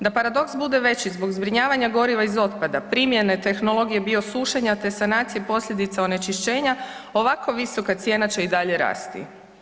Da paradoks bude veći zbog zbrinjavanja goriva iz otpada, primjene tehnologije biosušenja te sanacije posljedica onečišćenja ovako visoka cijena će i dalje rasti.